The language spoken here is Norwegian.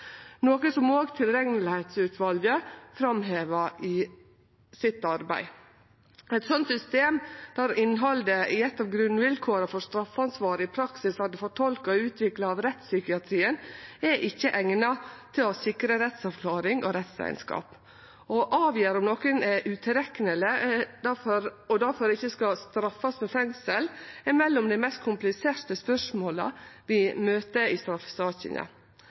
noko som òg tilregnelighetsutvalget framhevar i arbeidet sitt. Eit slikt system, der innhaldet i eit av grunnvilkåra for straffansvar i praksis vert fortolka og utvikla av rettspsykiatrien, er ikkje eigna til å sikre rettsavklaring og rettseinskap. Å avgjere om nokon er utilrekneleg og difor ikkje skal straffast med fengsel, er mellom dei mest kompliserte spørsmåla vi møter i straffesakene.